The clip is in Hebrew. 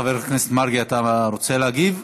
חבר הכנסת מרגי, אתה רוצה להגיב?